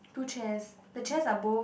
two chair the chair are both